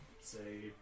say